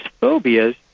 phobias